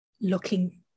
looking